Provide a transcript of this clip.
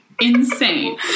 Insane